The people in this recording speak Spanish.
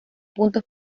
puntos